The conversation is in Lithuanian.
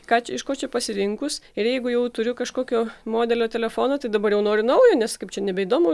ką čia iš ko čia pasirinkus ir jeigu jau turiu kažkokio modelio telefoną tai dabar jau noriu naujo nes kaip čia nebeįdomu